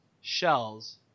shells